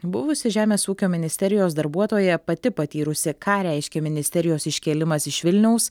buvusi žemės ūkio ministerijos darbuotoja pati patyrusi ką reiškia ministerijos iškėlimas iš vilniaus